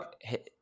Hey